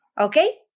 Okay